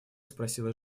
спросила